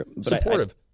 supportive